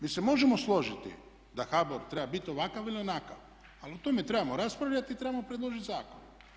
Mi se možemo složiti da HBOR treba biti ovakav ili onakav, ali o tome trebamo raspravljati i trebamo predložiti zakon.